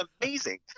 amazing